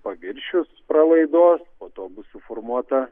paviršius pralaidos po to bus suformuota